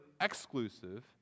exclusive